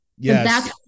Yes